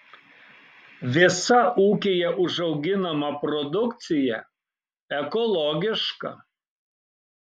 visa ūkyje užauginama produkcija ekologiška